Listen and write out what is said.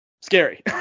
scary